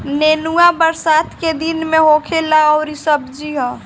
नेनुआ बरसात के दिन में होखे वाला सब्जी हअ